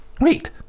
Wait